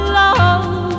love